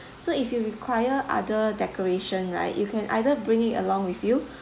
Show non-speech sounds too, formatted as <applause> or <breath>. so if you require other decoration right you can either bring it along with you <breath>